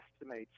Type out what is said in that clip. estimates